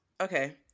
Okay